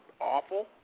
awful